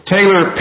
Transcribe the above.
Taylor